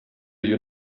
you